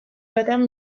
batean